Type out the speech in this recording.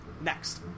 next